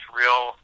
real